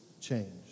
change